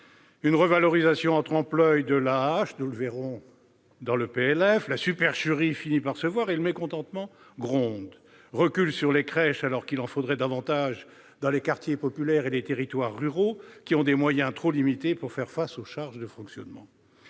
; revalorisation en trompe-l'oeil de l'AAH, comme nous le verrons dans le PLF- la supercherie finit par se voir et le mécontentement gronde -; recul sur les crèches, alors qu'il en faudrait davantage dans les quartiers populaires et dans les territoires ruraux, qui ont des moyens trop limités pour faire face aux charges de fonctionnement.